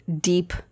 deep